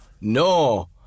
No